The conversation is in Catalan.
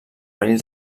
perill